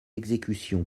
exécution